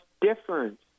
different